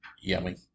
Yummy